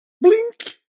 blink